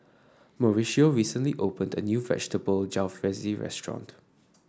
Mauricio recently opened a new Vegetable Jalfrezi restaurant